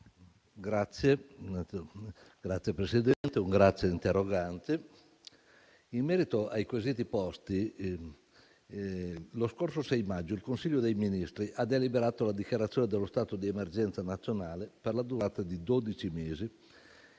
Grazie, Presidente, e grazie agli interroganti. In merito ai quesiti posti, lo scorso 6 maggio il Consiglio dei ministri ha deliberato la dichiarazione dello stato di emergenza nazionale, per la durata di dodici